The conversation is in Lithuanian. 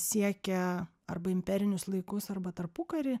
siekia arba imperinius laikus arba tarpukarį